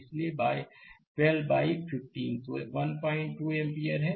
इसलिए 12बाइ 15 तो वह 125 एम्पीयर है